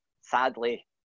sadly